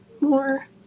more